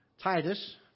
Titus